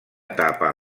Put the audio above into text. etapa